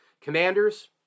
Commanders